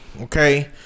Okay